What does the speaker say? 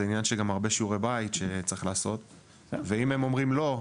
זה עניין של הרבה שיעורי בית שצריך לעשות ואם הם אומרים לא,